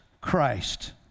Christ